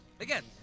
again